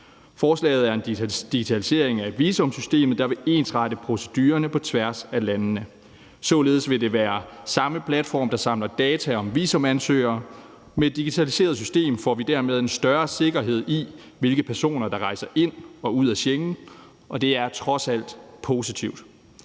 Forslaget handler om en digitalisering af visumsystemet, der vil ensrette procedurerne på tværs af landene. Således vil det være den samme platform, der samler data om visumansøgere. Med et digitaliseret system får vi dermed en større sikkerhed i, hvilke personer der rejser ind og ud af Schengen, og det er trods alt positivt.